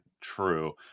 true